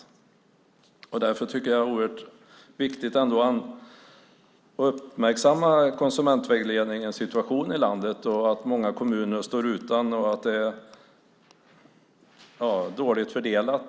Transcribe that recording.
Jag tycker därför att det är oerhört viktigt att uppmärksamma konsumentvägledningens situation i landet, att många kommuner står utan och att det är dåligt fördelat.